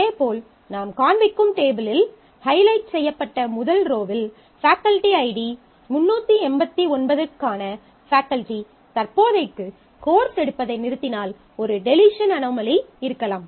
இதேபோல் நாம் காண்பிக்கும் டேபிளில் ஹைலைட் செய்யப்பட்ட முதல் ரோவில் ஃபேக்கல்டி ஐடி 389 க்கான ஃபேக்கல்டி தற்போதைக்கு கோர்ஸ் எடுப்பதை நிறுத்தினால் ஒரு டெலீஷன் அனோமலி இருக்கலாம்